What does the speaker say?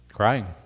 crying